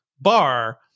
bar